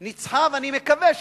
ניצחה, אני מקווה שתנצח,